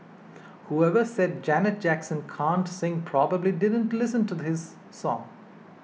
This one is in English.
whoever said Janet Jackson can't sing probably didn't listen to this song